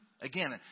again